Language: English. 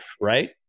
right